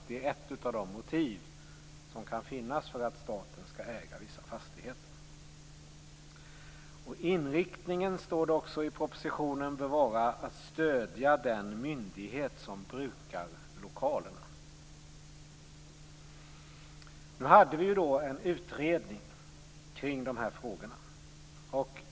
Det är ett av de motiv som kan finnas för att staten skall äga vissa fastigheter. Det står också i propositionen att inriktningen bör vara att stödja den myndighet som brukar lokalerna. Det har gjorts en utredning kring de här frågorna.